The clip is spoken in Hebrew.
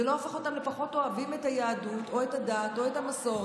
זה לא הופך אותם לפחות אוהבים את היהדות או את הדת או את המסורת.